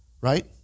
right